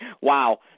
Wow